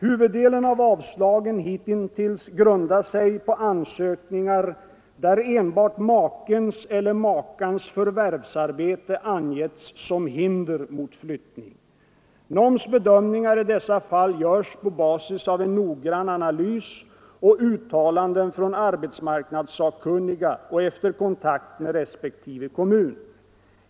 Huvuddelen av avslagen hitintills grundar sig på ansökningar där enbart makens eller makans förvärvsarbete angetts som hinder för flyttning. NOM:s bedömningar i dessa fall görs på basis av en noggrann analys och uttalanden från arbetsmarknadssakkunniga och efter kontakt med respektive kommun.